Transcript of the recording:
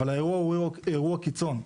אבל האירוע הוא אירוע קיצון.